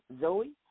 Zoe